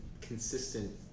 consistent